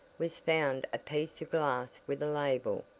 was found a piece of glass with a label!